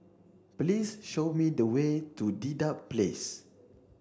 please show me the way to Dedap Place